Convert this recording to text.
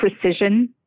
precision